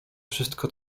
wszystko